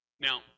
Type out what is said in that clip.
Now